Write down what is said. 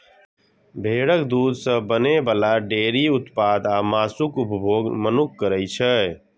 भेड़क दूध सं बनै बला डेयरी उत्पाद आ मासुक उपभोग मनुक्ख करै छै